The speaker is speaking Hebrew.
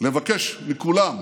לבקש מכולם,